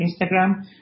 Instagram